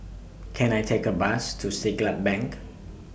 Can I Take A Bus to Siglap Bank